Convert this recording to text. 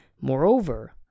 Moreover